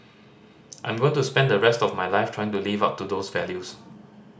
I'm going to spend the rest of my life trying to live up to those values